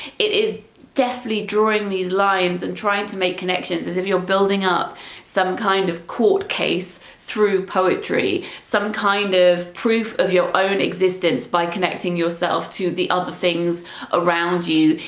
it is deftly drawing these lines and trying to make connections as if you're building up some kind of court case through poetry, some kind of proof of your own existence by connecting yourself to the other things around you,